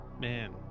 Man